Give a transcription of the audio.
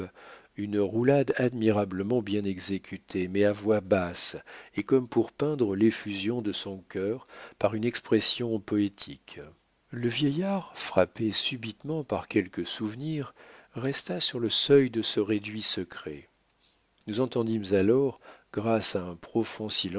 une roulade admirablement bien exécutée mais à voix basse et comme pour peindre l'effusion de son cœur par une expression poétique le vieillard frappé subitement par quelque souvenir resta sur le seuil de ce réduit secret nous entendîmes alors grâce à un